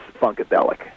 Funkadelic